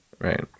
Right